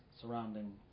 surrounding